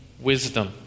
wisdom